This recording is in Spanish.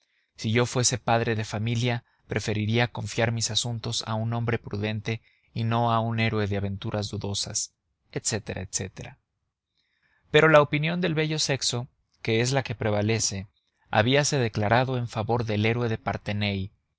si yo fuese padre de familia preferiría confiar mis asuntos a un hombre prudente y no a un héroe de aventuras dudosas etc etc pero la opinión del bello sexo que es la que prevalece habíase declarado en favor del héroe de parthenay tal